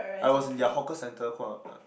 I was in their hawker centre